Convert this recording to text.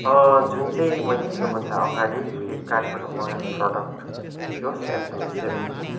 जुन चाहिँ मैले यो भन्दा अगाडि फ्लिपकार्टबाट मगाएको प्रडक्ट थियो सेमसङ एस सेभेन थ्री